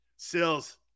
Sills